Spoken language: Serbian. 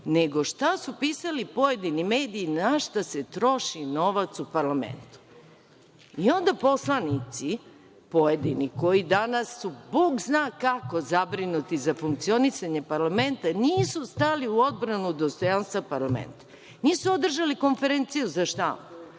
nego šta su pisali pojedini mediji - na šta se troši novac u parlamentu i onda poslanici pojedini, koji danas su bog zna kako zabrinuti za funkcionisanje parlamenta, nisu stali u odbranu dostojanstva parlamenta, nisu održali konferenciju za štampu,